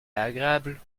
agréable